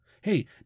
Hey